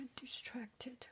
distracted